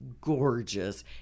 gorgeous